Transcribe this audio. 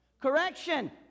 correction